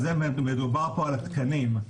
מדובר פה על התקנים.